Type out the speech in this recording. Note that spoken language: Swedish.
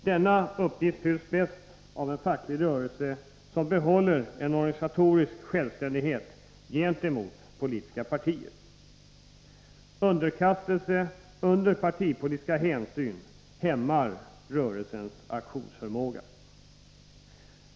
Denna uppgift fylls bäst av en facklig rörelse som behåller en organisatorisk självständighet gentemot politiska partier. Underkastelse under partipolitiska hänsyn hämmar rörelsens aktionsförmåga.